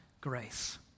grace